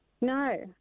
No